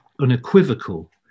unequivocal